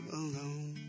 alone